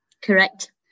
Correct